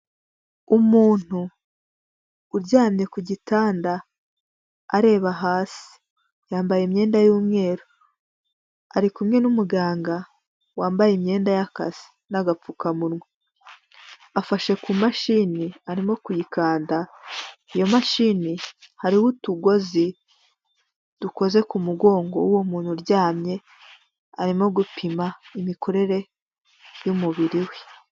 Umuntu uryamye ku gitanda areba hasi. Yambaye imyenda y'umweru. Ari kumwe n'umuganga wambaye imyenda y'akazi n'agapfukamunwa. Afashe ku mashini arimo kuyikanda, iyo mashini hariho utugozi dukoze ku mugongo w'uwo muntu uryamye, arimo gupima imikorere y'umubiri we.